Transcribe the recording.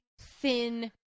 thin